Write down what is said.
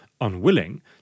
unwilling